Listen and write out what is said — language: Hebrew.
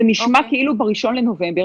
זה נשמע כאילו ב-1 לנובמבר,